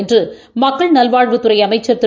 என்றுமக்கள் நல்வாழ்வுத்துறைஅமைச்சர் திரு